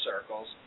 circles